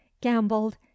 gambled